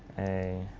a